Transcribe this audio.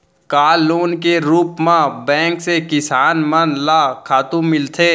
का लोन के रूप मा बैंक से किसान मन ला खातू मिलथे?